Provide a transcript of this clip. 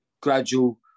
gradual